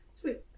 Sweet